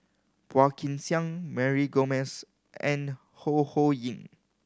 Phua Kin Siang Mary Gomes and Ho Ho Ying